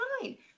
fine